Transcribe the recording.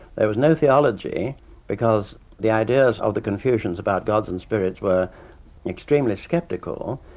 there was no theology because the ideas of the confucians about gods and spirits were extremely sceptical.